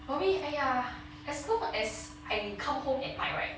for me !aiya! as long as I come home at night right